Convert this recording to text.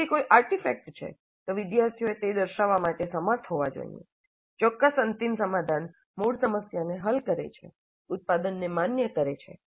જો તે કોઈ આર્ટિફેક્ટ છે તો વિદ્યાર્થીઓએ તે દર્શાવવા માટે સમર્થ હોવા જોઈએ ચોક્કસ અંતિમ સમાધાન મૂળ સમસ્યાને હલ કરે છે ઉત્પાદનને માન્ય કરે છે